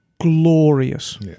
glorious